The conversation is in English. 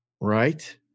Right